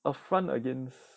a front against